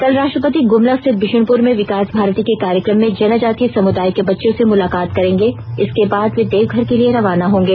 कल राष्ट्रपति गुमला स्थित विशुनपुर में विकास भारती के कार्यक्रम में जनजातीय समुदाय के बच्चों से मुलाकात करेंगे इसर्क बाद वे देवघर के लिए रवाना होंगे